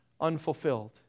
unfulfilled